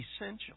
essential